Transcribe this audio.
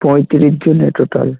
পঁয়ত্রিশ জনের টোটাল